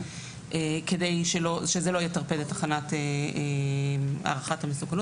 כדי שזה לא יטרפד את הכנת הערכת המסוכנות.